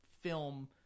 film